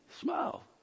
Smile